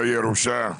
לא ירושה.